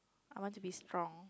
I want to be strong